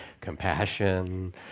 compassion